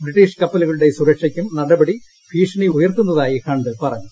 British കപ്പലുകളുടെ സുരക്ഷയ്ക്കും നടപടി ഭീഷണി ഉയർത്തുന്നതായി ഹണ്ട് പറഞ്ഞു